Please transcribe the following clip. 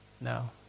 No